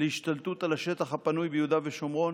להשתלטות על השטח הפנוי ביהודה ושומרון,